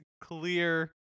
clear